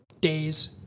days